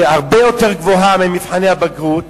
שהיא הרבה יותר גבוהה ממבחני הבגרות,